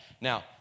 Now